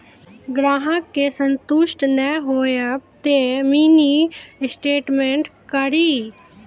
ग्राहक के संतुष्ट ने होयब ते मिनि स्टेटमेन कारी?